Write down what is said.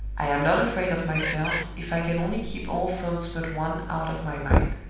i am not afraid of myself, if i can only keep all thoughts but one out of my mind.